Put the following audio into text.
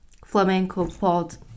flamencopod